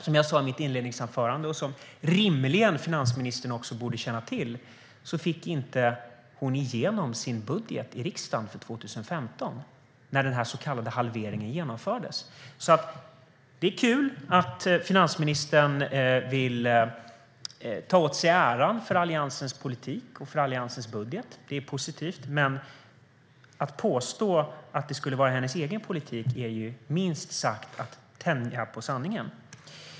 Som jag sa i mitt inledningsanförande, och som finansministern rimligen också borde känna till, fick hon inte igenom sin budget för 2015 i riksdagen när denna så kallade halvering genomfördes. Det är kul att finansministern vill ta åt sig äran för Alliansens politik och för Alliansens budget. Det är positivt. Men att hon påstår att det skulle vara hennes egen politik är minst sagt att tänja på sanningen.